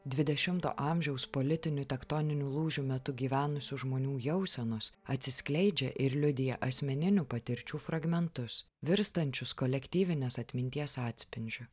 dvidešimto amžiaus politinių tektoninių lūžių metu gyvenusių žmonių jausenos atsiskleidžia ir liudija asmeninių patirčių fragmentus virstančius kolektyvinės atminties atspindžiu